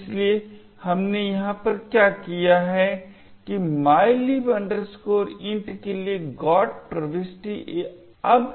इसलिए हमने यहां पर क्या किया है कि mylib int के लिए GOT प्रविष्टि अब